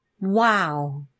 wow